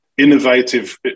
Innovative